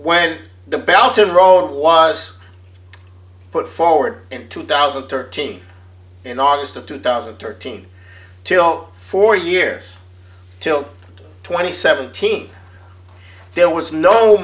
when the belton road was put forward in two thousand and thirteen in august of two thousand and thirteen till four years till twenty seventeen there was no